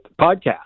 podcast